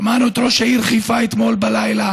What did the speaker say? ולא את ירושלים בירת ישראל,